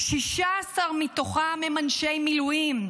16 מתוכם אנשי מילואים.